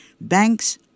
Banks